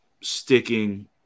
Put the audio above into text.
sticking